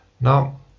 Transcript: Now